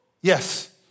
Yes